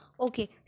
Okay